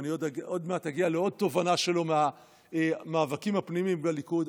ואני עוד מעט אגיע לעוד תובנה שלו מהמאבקים הפנימיים בליכוד.